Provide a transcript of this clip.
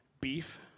beef